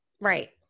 Right